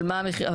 אבל מה המחירון?